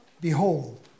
behold